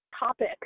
topic